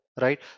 right